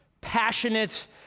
passionate